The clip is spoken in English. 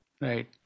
Right